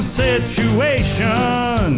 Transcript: situation